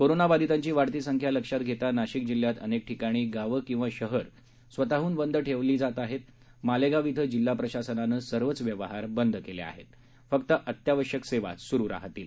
corona बधितांची वाढती संख्या लक्षात घेता नाशिक जिह्यात अनेक ठिकाणी गाव किंवा शहर स्वतःहहन बंद ठेवत आहेत मालेगाव यथे जिल्हा प्रशासनाने सर्वच व्यवहार बंद केले आहेत फक्त अत्यावश्यक सेवाच स्रु राहणार आहेत